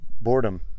boredom